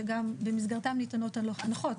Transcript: שגם במסגרתם ניתנות הנחות,